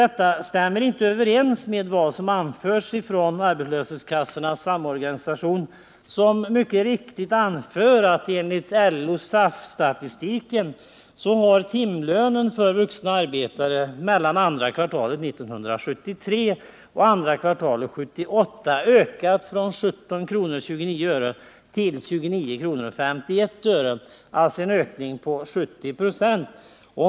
Detta stämmer emellertid inte med vad som anförts av arbetslöshetskassornas samorganisation, som mycket riktigt säger att enligt LO-SAF-statistiken timlönen för vuxna arbetare mellan andra kvartalet 1973 och andra kvartalet 1978 har ökat från 17:29 till 29:51, dvs. en ökning på 70 26.